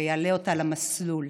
ויעלה אותה על המסלול.